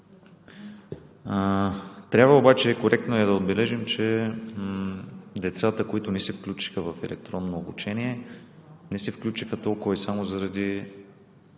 действия. Коректно е да отбележим, че децата, които не се включиха в електронно обучение, не се включиха не толкова и само заради